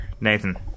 Nathan